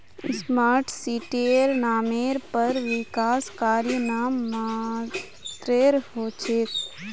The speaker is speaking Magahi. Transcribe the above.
स्मार्ट सिटीर नामेर पर विकास कार्य नाम मात्रेर हो छेक